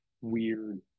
weird